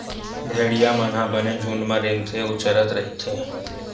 भेड़िया मन ह बने झूंड म रेंगथे अउ चरत रहिथे